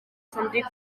sentit